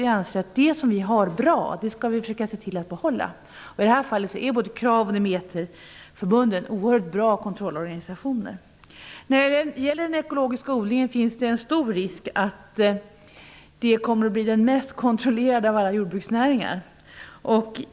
Vi anser att det som är bra skall vi försöka behålla. I det här fallet är både KRAV och Demeterförbundet oerhört bra kontrollorganisationer. När den gäller den ekologiska odlingen finns en stor risk att den kommer att bli den mest kontrollerade av alla jordbruksnäringar.